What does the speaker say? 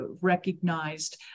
recognized